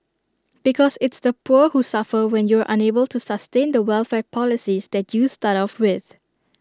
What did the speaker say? because it's the poor who suffer when you're unable to sustain the welfare policies that you start off with